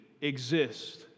exist